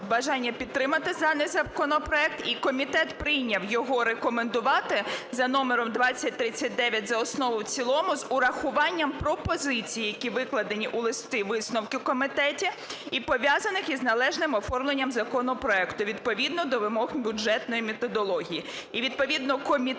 бажання підтримати даний законопроект. І комітет прийняв його рекомендувати за номером 2039 за основу і в цілому з урахуванням пропозицій, які викладені у листі-висновку комітету і пов'язані із належним оформленням законопроекту відповідно до вимог бюджетної методології.